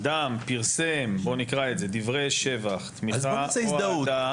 אדם פרסם דברי שבח, תמיכה או אהדה.